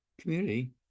community